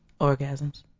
Orgasms